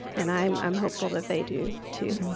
and i'm i'm hopeful that they do too.